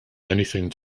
anything